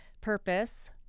purpose